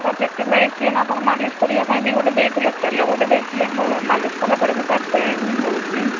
sir ଯେତେ medicine ଆପଣ ମାଲିସ୍ କରିବା ପାଇଁ ବି ଗୋଟେ ଦେଇଥିଲେ ତେଲ ଗୋଟେ ଦେଇଥିଲେ ମାଲିସ୍ କଲାପରେ ବି ସାର୍ ପେନ୍ ହେଉଛି